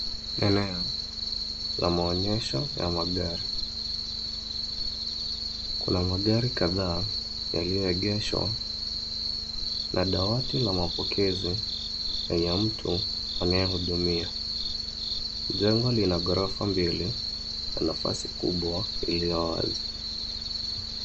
Eneo la maonyesho ya magari. Kuna magari kadhaa yaliyoegeshwa na dawati la mapokezi ya mtu anayehudumia. Jengo lina ghorofa mbili na nafasi kubwa iliyo wazi.